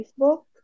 Facebook